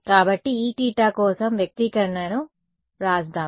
కాబట్టి Eθ కోసం వ్యక్తీకరణను వ్రాస్దాం